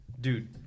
Dude